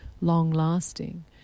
long-lasting